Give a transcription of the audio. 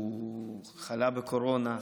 הוא חלה בקורונה,